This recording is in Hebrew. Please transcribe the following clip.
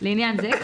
לעניין זה,